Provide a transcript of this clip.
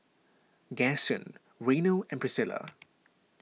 Gaston Reno and Priscilla